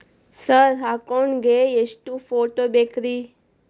Sir account ಗೇ ಎಷ್ಟು photo ಬೇಕ್ರಿ?